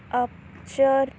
ਅਪਚਰਚ